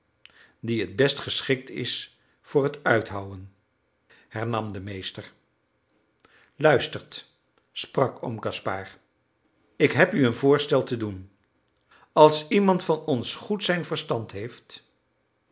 die het best geschikt is voor het uithouwen hernam de meester luistert sprak oom gaspard ik heb u een voorstel te doen als iemand van ons goed zijn verstand heeft